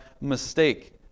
mistake